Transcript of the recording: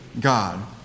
God